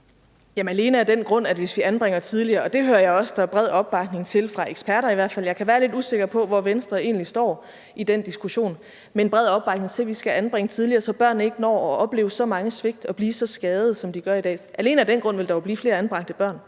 alene af den grund, at hvis vi anbringer tidligere – det hører jeg også der er bred opbakning til, i hvert fald fra eksperter; jeg kan være lidt usikker på, hvor Venstre egentlig står i diskussionen om at anbringe tidligere, så børnene ikke når at opleve så mange svigt og blive så skadede, som tilfældet er i dag – vil der jo blive flere anbragte børn.